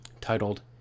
titled